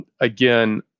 Again